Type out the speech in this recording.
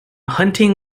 hunting